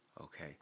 Okay